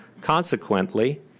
Consequently